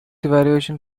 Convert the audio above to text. evaluation